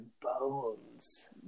bones